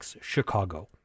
Chicago